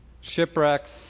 Shipwrecks